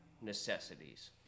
necessities